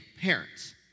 parents